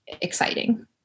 exciting